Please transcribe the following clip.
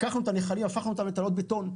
לקחנו את הנחלים והפכנו אותם לתעלות בטון.